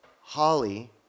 Holly